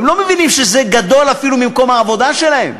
הם לא מבינים שזה גדול אפילו ממקום העבודה שלהם,